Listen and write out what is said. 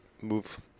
move